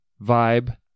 vibe